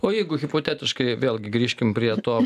o jeigu hipotetiškai vėlgi grįžkim prie to